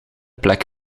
plek